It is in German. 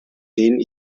denen